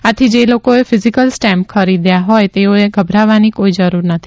આથી જે લોકોએ ફીઝીકલ સ્ટેમ્પ ખરીદેલ હોય તેઓએ ગભરાવાની કોઇ જરૂરિયાત નથી